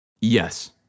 Yes